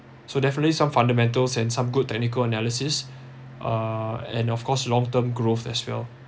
so definitely some fundamentals and some good technical analysis uh and of course long term growth as well